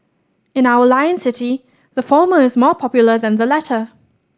in our Lion City the former is more popular than the latter